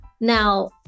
Now